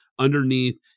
underneath